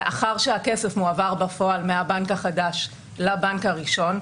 לאחר שהכסף מועבר בפועל מהבנק החדש לבנק הראשון,